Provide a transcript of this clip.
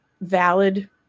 valid